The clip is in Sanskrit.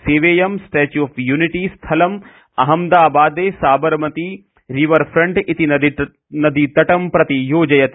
सेवेयं स्टेच्यू ऑफ यूनिटी स्थलं अहमदाबादे सामरमती रीवरफन्ट इति नदीतटं प्रति योजयति